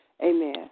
Amen